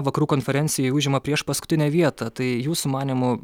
vakarų konferencijoj užima priešpaskutinę vietą tai jūsų manymu